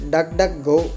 DuckDuckGo